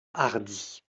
hardie